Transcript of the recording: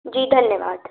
जी धन्यवाद